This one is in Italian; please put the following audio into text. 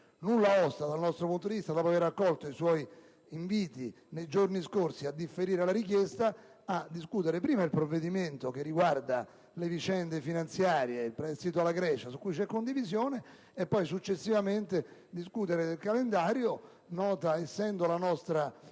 Nulla osta dal nostro punto di vista, dopo aver accolto i suoi inviti nei giorni scorsi a differire la richiesta, a discutere prima il provvedimento che riguarda le vicende finanziarie ed il prestito alla Grecia, su cui c'è condivisione, e poi il calendario. Non abbiamo